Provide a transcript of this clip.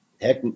heck